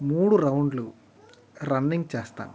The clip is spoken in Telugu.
మూడు రౌండ్లు రన్నింగ్ చేస్తాను